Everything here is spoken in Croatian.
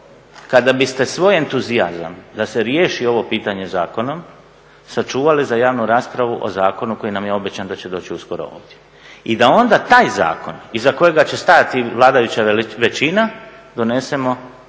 kada biste svoj entuzijazam da se riješi ovo pitanje zakonom sačuvali za javnu raspravu o zakonu koji nam je obećan da će doći uskoro ovdje. I da onda taj zakon iza kojega će stajati vladajuća većina donesemo